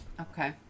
Okay